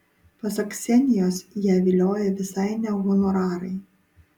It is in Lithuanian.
pasak ksenijos ją vilioja visai ne honorarai